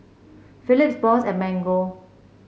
Phillips Bose and Mango